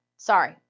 Sorry